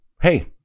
hey